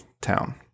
town